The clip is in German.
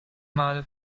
male